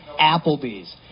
Applebee's